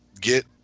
get